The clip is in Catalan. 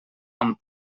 amb